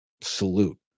salute